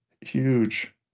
huge